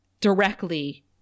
directly